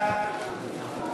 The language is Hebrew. סעיפים